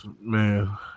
man